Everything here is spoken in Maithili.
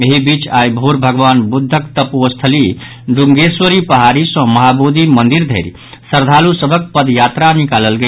एहि बीच आइ भोर भगवान बुद्धक तपोस्थली ढुंगेश्वरी पहाड़ी सॅ महाबोधि मंदिर धरि श्रद्धालु सभक पद यात्रा निकालल गेल